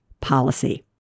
policy